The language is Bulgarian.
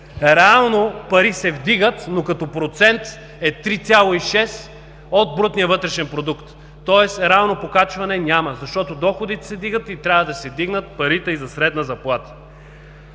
Реално пари се вдигат, но като процент е 3,6 от брутния вътрешен продукт. Тоест реално покачване няма, защото доходите се вдигат – трябва да се вдигнат парите и за средна заплата.